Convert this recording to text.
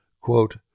Quote